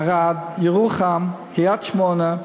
ערד, ירוחם, קריית-שמונה,